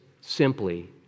simply